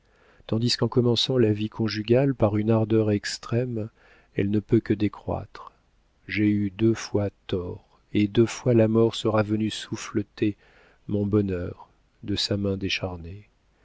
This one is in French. tandis qu'en commençant la vie conjugale par une ardeur extrême elle ne peut que décroître j'ai eu deux fois tort et deux fois la mort sera venue souffleter mon bonheur de sa main décharnée